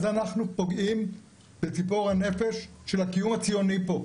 אז אנחנו פוגעים בציפור הנפש של הקיום הציוני פה.